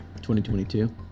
2022